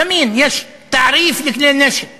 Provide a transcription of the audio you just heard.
זמין, יש תעריף לכלי נשק